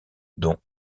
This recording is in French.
dont